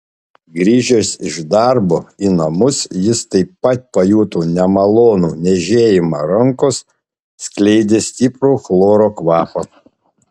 grįžęs iš darbo į namus jis taip pat pajuto nemalonų niežėjimą rankos skleidė stiprų chloro kvapą